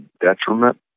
detriment